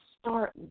start